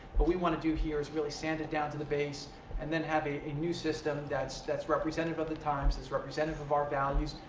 what we want to do here is really sand it down to the base and then have a a new system that's that's representative of the times, it's representative of our values,